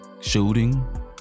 shooting